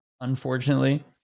unfortunately